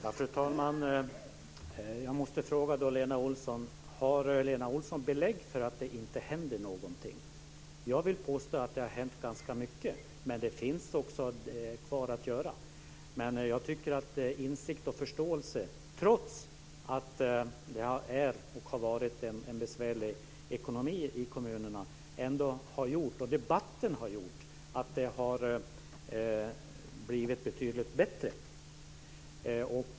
Fru talman! Jag måste fråga om Lena Olsson har belägg för det hon säger om att det inte händer någonting. Jag vill påstå att ganska mycket har hänt, men det återstår också saker att göra. Jag tycker ändå att insikt och förståelse, trots att det är och har varit besvärligt ekonomiskt i kommunerna, och även debatten har gjort att det blivit betydligt bättre.